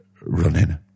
running